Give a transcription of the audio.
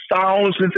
thousands